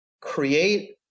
create